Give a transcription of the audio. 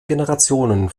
generationen